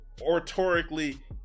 oratorically